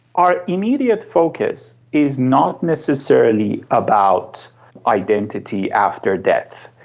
our immediate focus is not necessarily about identity after death,